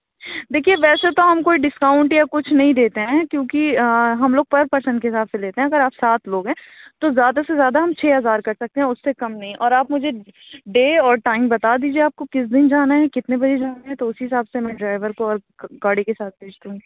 دیکھیے ویسے تو ہم کوئی ڈسکاؤنٹ یا کچھ نہیں دیتے ہیں کیوں کہ آ ہم لوگ پر پرسن کے حساب سے لیتے ہیں اگر آپ سات لوگ ہیں تو زیادہ سے زیادہ ہم چھ ہزار کر سکتے ہیں اِس سے کم نہیں اور آپ مجھے ڈے اور ٹائم بتا دیجیے آپ کو کس دِن جانا ہے کتنے بجے جانا ہے تو اُسی حساب سے میں ڈرائیور کو اور گاڑی کے ساتھ بھیج دوں گی